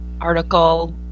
article